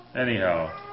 anyhow